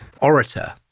orator